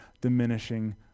diminishing